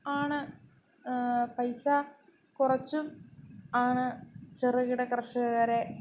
ആണ് പൈസ കുറച്ചും ആണ് ചെറുകിട കർഷകരെ